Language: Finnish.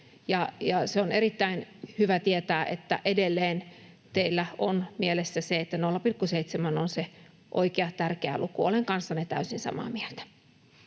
Se on erittäin hyvä tietää, että edelleen teillä on mielessä se, että 0,7 on se oikea, tärkeä luku. Olen kanssanne täysin samaa mieltä.